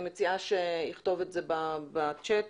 אני מציעה שיכתוב את זה בצ'אט